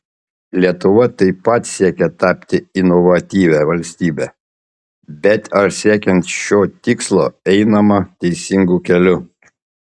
lietuva taip pat siekia tapti inovatyvia valstybe bet ar siekiant šio tikslo einama teisingu keliu